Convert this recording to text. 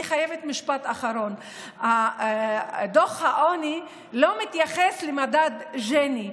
אני חייבת לומר משפט אחרון: דוח העוני לא מתייחס למדד ג'יני,